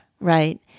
right